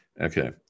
Okay